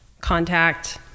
contact